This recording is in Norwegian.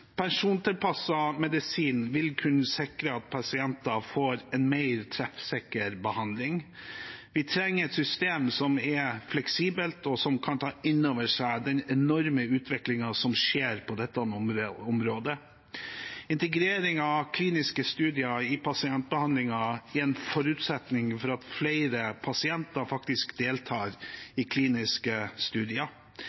medisin vil kunne sikre at pasienter får en mer treffsikker behandling. Vi trenger et system som er fleksibelt, og som kan ta inn over seg den enorme utviklingen som skjer på dette området. Integrering av kliniske studier i pasientbehandlingen er en forutsetning for at flere pasienter faktisk deltar